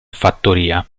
fattoria